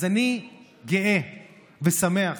אז אני גאה ושמח